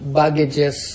baggages